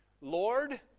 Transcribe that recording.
Lord